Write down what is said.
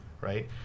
right